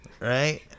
Right